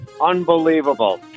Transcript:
unbelievable